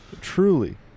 Truly